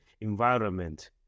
environment